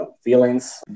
feelings